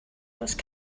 those